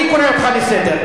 אני קורא אותך לסדר.